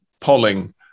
polling